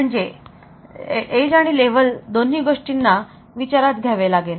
म्हणजे एज आणि लेव्हल दोन्ही गोष्टींना विचारात घ्यावे लागेल